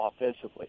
offensively